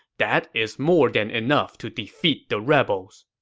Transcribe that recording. that is more than enough to defeat the rebels.